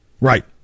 Right